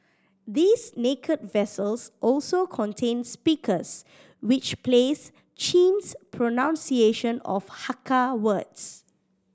these naked vessels also contain speakers which plays Chin's pronunciation of Hakka words